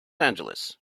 angeles